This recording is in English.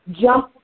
jump